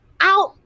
out